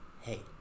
hey